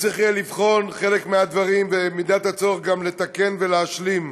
וצריך יהיה לבחון חלק מהדברים ובמידת הצורך גם לתקן ולהשלים.